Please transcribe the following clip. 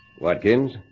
Watkins